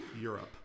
Europe